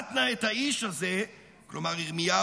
"יומת נא את האיש הזה" כלומר ירמיהו,